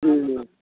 हुँ